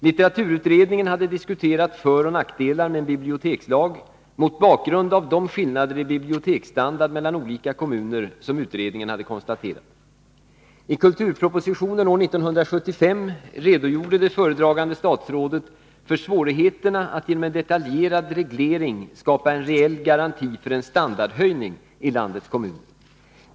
Litteraturutredningen hade diskuterat föroch nackdelar med en bibliotekslag mot bakgrund av de skillnader i biblioteksstandard mellan olika kommuner som utredningen hade konstaterat. I kulturpropositionen år 1975 redogjorde det föredragande statsrådet för svårigheterna att genom en detaljerad reglering skapa en reell garanti för en standardhöjning i landets kommuner.